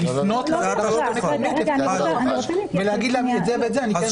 ולפנות לפי סעיף (5) ולומר: את זה ואת זה אני כן רוצה.